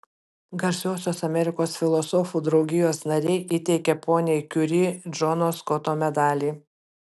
garsiosios amerikos filosofų draugijos nariai įteikia poniai kiuri džono skoto medalį